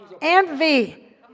envy